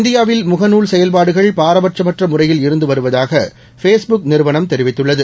இந்தியாவில் முகநூல் செயல்பாடுகள் பாரபட்சமற்ற முறையில் இருந்து வருவதாக ஃபேஸ்புக் நிறுவனம் தெரிவித்துள்ளது